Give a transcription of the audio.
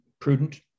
prudent